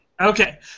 Okay